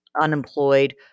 unemployed